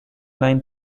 line